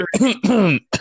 Okay